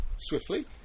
swiftly